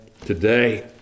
today